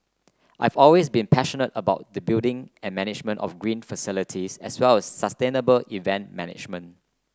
I've always been passionate about the building and management of green facilities as well as sustainable event management